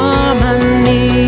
Harmony